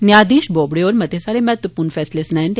न्याशधीश बोबड़े होरें मतेत सारे महत्वपूर्ण फैसले सनाए दे न